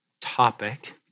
topic